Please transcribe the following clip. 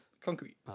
Concrete